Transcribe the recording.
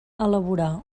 elaborar